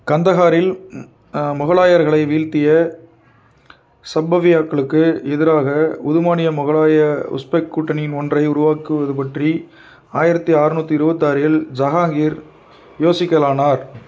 கந்தஹாரில் முகலாயர்களை வீழ்த்திய சப்பவியாக்களுக்கு எதிராக உதுமானிய முகலாய உஸ்பெக் கூட்டணியின் ஒன்றை உருவாக்குவது பற்றி ஆயிரத்தி ஆற்நூற்றி இருபத்தாறில் ஜஹாங்கீர் யோசிக்கலானார்